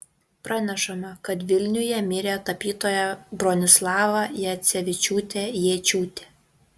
pranešama kad vilniuje mirė tapytoja bronislava jacevičiūtė jėčiūtė